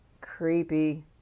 Creepy